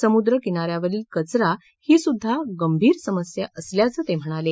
समुद्रकिनाऱ्यावरील कचरा ही सुद्धा गंभीर समस्या असल्याचं ते म्हणाले